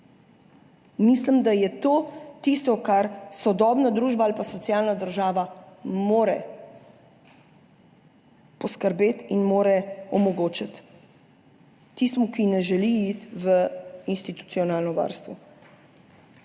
Mislim, da je to tisto, za kar sodobna družba ali pa socialna država mora poskrbeti in mora omogočiti tistemu, ki ne želi iti v institucionalno varstvo.